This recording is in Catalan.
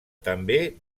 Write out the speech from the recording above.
també